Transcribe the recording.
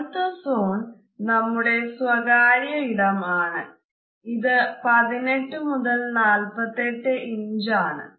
അടുത്ത സോൺ നമ്മുടെ സ്വകാര്യ ഇടം ആണ് ഇത് 18 48 ഇഞ്ച് ആണ്